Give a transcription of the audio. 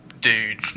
dude